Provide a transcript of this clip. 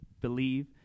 believe